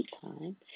time